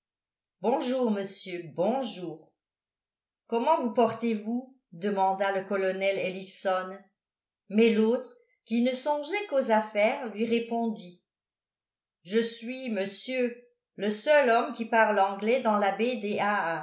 bonjour monsieur bonjour comment vous portez-vous demanda le colonel ellison mais l'autre qui ne songeait qu'aux affaires lui répondit je suis monsieur le seul homme qui parle anglais dans la baie